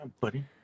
buddy